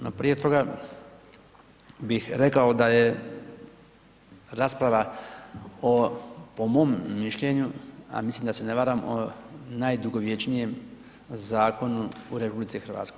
No prije toga bih rekao da je rasprava po mom mišljenju a mislim da se ne varam o najdugovječnijem zakonu u RH.